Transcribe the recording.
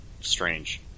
strange